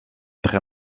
très